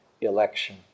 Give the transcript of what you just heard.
election